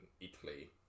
Italy